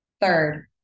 Third